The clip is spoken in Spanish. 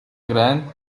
gran